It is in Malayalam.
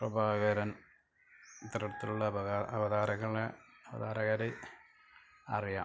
പ്രഭാകരൻ ഇത്തരത്തിലുള്ള അവതാരകരെ അറിയാം